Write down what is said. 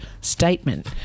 statement